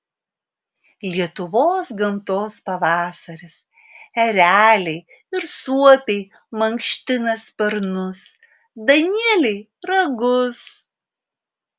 lietuvos gamtos pavasaris ereliai ir suopiai mankština sparnus danieliai ragus